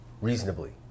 reasonably